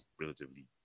relatively